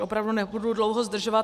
Opravdu už nebudu dlouho zdržovat.